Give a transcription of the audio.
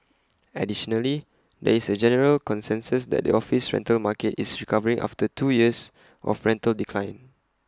additionally there is A general consensus that the office rental market is recovering after two years of rental decline